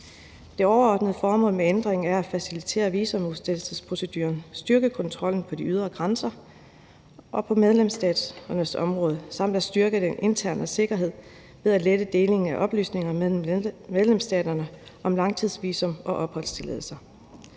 Det overordnede formål med ændringen er at facilitere visumudstedelsesproceduren, styrke kontrollen på de ydre grænser på medlemsstaternes område samt styrke den interne sikkerhed ved at lette delingen af oplysninger mellem medlemsstaterne om langtidsvisa og opholdstilladelser.